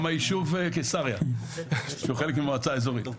גם היישוב קיסריה שהוא חלק ממועצה אזורית.